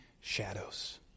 shadows